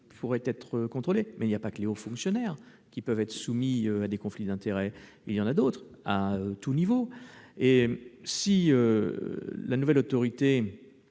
pourraient être contrôlés. Or il n'y a pas que les hauts fonctionnaires qui peuvent être en situation de conflits d'intérêts. Il y en a d'autres, à tous les niveaux. Si la nouvelle autorité